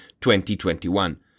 2021